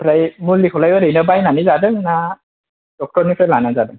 आमफ्राय मुलिखौलाय ओरैनो बायनानै लादों ना डक्टरनिफ्राय लाना जादों